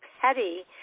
Petty